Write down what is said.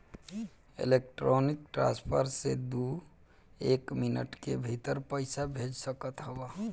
electronic transfer से तू एक मिनट के भीतर पईसा भेज सकत हवअ